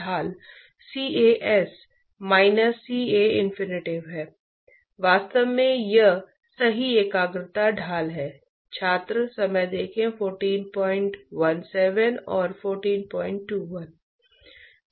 इसलिए जब घनत्व में परिवर्तन होता है तो ग्रेविटी एक भूमिका निभाएगी और फिर यह द्रव को प्रसारित करने वाला है और इससे कुछ कन्वेक्शन होने वाला है